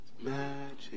magic